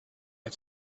had